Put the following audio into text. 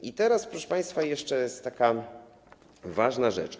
I teraz, proszę państwa, jeszcze jest taka ważna rzecz.